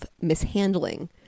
mishandling